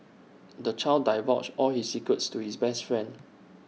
the child divulged all his secrets to his best friend